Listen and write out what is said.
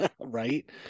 Right